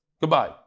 goodbye